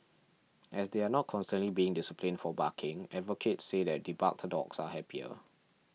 as they are not constantly being disciplined for barking advocates say that the barked dogs are happier